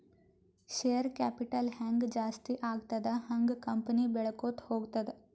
share capital ಹ್ಯಾಂಗ್ ಜಾಸ್ತಿ ಆಗ್ತದ ಹಂಗ್ ಕಂಪನಿ ಬೆಳ್ಕೋತ ಹೋಗ್ತದ